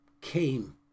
came